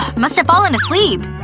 must've fallen asleep.